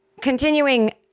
Continuing